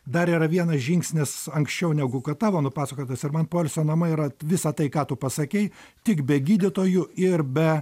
dar yra vienas žingsnis anksčiau negu kad tavo nupasakotas ir man poilsio namai yra visa tai ką tu pasakei tik be gydytojų ir be